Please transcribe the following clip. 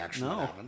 No